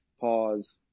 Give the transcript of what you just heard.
Pause